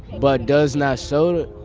but does not show it